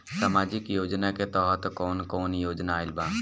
सामाजिक योजना के तहत कवन कवन योजना आइल बा?